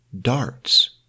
darts